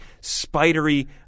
spidery